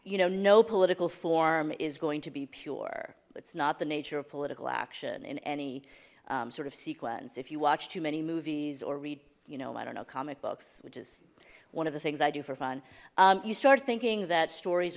you know no political is going to be pure it's not the nature of political action in any sort of sequence if you watch too many movies or read you know i don't know comic books which is one of the things i do for fun you start thinking that stories